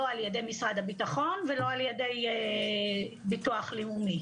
לא על ידי משרד הביטחון ולא על ידי ביטוח לאומי.